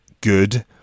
good